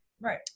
Right